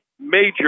major